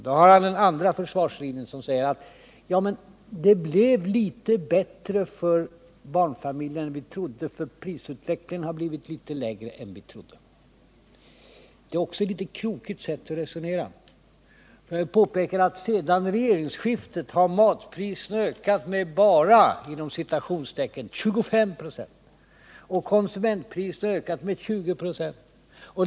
Då har Ola Ullsten en andra försvarssyn som säger: Det blev litet bättre för barnfamiljerna än vi trodde, för prisutvecklingen har blivit litet lägre än vi trodde. Det är ett krokigt sätt att resonera på. Jag kan påpeka att sedan regeringsskiftet har matpriserna ökat med ”bara” 25 926 och konsumentpriserna med 20 26.